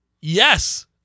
Yes